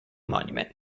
monument